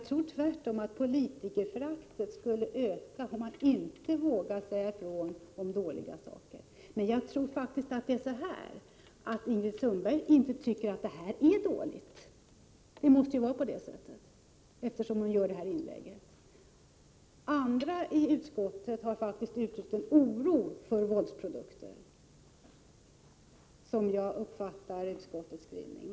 Men tvärtom torde politikerföraktet öka, om vi inte vågar säga ifrån om dåliga saker. Jag tror faktiskt att Ingrid Sundberg tycker att dessa produkter inte är dåliga. Det måste vara så, eftersom hon gjorde detta inlägg. Andra utskottsledamöter har emellertid uttryckt sin oro över våldsprodukterna. Så uppfattar jag utskottets skrivning.